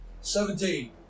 Seventeen